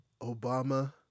Obama